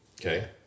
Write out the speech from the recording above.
okay